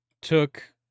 took